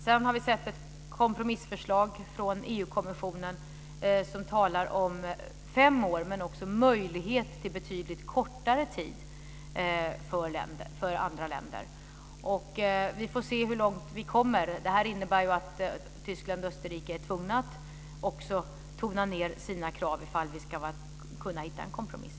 Sedan har vi sett ett kompromissförslag från EU-kommissionen där man talar om fem år, men också om möjlighet till betydligt kortare tid för andra länder. Vi får se hur långt vi kommer. Det här innebär ju att Tyskland och Österrike är tvungna att också tona ned sina krav om vi ska kunna hitta en kompromiss.